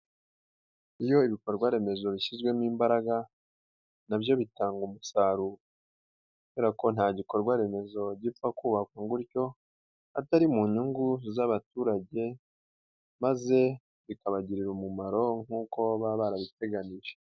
Iyo ibikorwa remezo bishyizwemo imbaraga nabyo bitanga umusaruro kubera ko nta gikorwa remezo gipfa kubakwa gutyo atari mu nyungu z'abaturage maze bikabagirira umumaro nk'uko baba barabiteganyije.